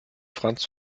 fritz